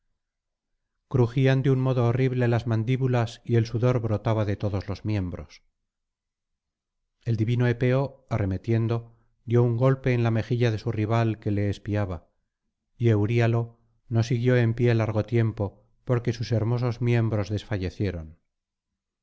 crujían de un modo horrible las mandíbulas y el sudor brotaba de todos los miembros el divino epeo arremetiendo dio un golpe en la mejilla de su rival que le espiaba y euríalo no siguió en pie largo tiempo porque sus hermosos miembros desfallecieron